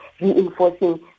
reinforcing